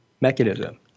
mechanism